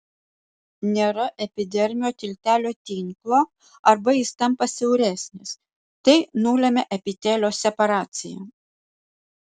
nėra epidermio tiltelio tinklo arba jis tampa siauresnis tai nulemia epitelio separaciją